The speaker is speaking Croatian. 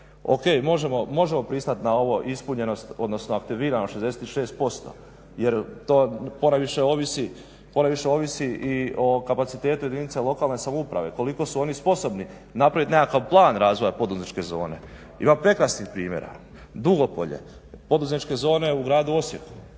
možemo pristati na ovo ispunjenost, odnosno aktiviranost 66% jer to ponajviše ovisi i o kapacitetu jedinice lokalne samouprave koliko su oni sposobni napraviti nekakav plan razvoja poduzetničke zone. Ima prekrasnih primjera, Dugopolje, poduzetničke zone u gradu Osijeku.